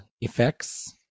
effects